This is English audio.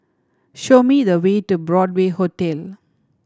show me the way to Broadway Hotel